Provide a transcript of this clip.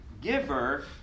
giver